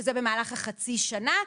שזה במהלך החצי שנה .